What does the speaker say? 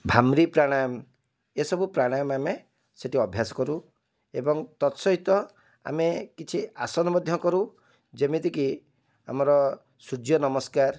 ଭାମ୍ରି ପ୍ରାଣାୟାମ ଏସବୁ ପ୍ରାଣାୟାମ ଆମେ ସେଇଠି ଅଭ୍ୟାସ କରୁ ଏବଂ ତତ୍ସହିତ ଆମେ କିଛି ଆସନ ମଧ୍ୟ କରୁ ଯେମିତିକି ଆମର ସୂର୍ଯ୍ୟ ନମସ୍କାର